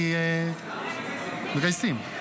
מגייסים.